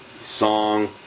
song